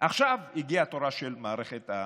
עכשיו הגיעה תורה של מערכת הבריאות.